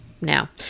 Now